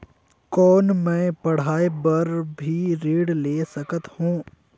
कौन मै पढ़ाई बर भी ऋण ले सकत हो?